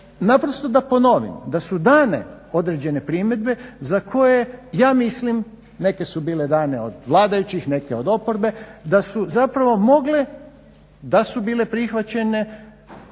naprosto da ponovim da su dane određene primjedbe za koje ja mislim, neke su bile dane od vladajućih neke od oporbe, da su zapravo mogle da su bile prihvaćene